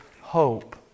hope